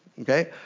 Okay